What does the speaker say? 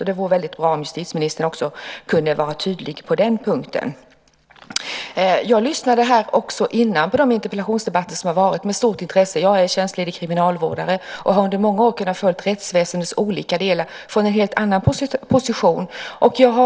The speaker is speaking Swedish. Därför vore det bra om justitieministern kunde vara tydlig också på den punkten. Jag lyssnade med stort intresse på de tidigare interpellationsdebatterna i dag. Jag är tjänstledig kriminalvårdare och har under många år kunnat följa rättsväsendets olika delar från en helt annan position.